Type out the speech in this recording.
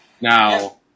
Now